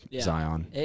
Zion